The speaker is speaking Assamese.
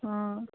অঁ